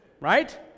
Right